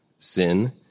Sin